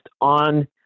on